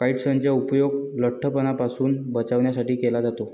काइट्सनचा उपयोग लठ्ठपणापासून बचावासाठी केला जातो